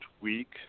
week